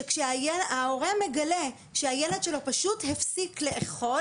שכשההורה מגלה שהילד שלו פשוט הפסיק לאכול